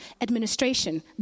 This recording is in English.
Administration